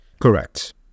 Correct